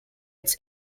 its